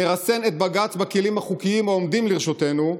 נרסן את בג"ץ בכלים החוקיים העומדים לרשותנו,